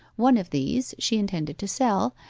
one of these she intended to sell,